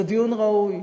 זה דיון ראוי.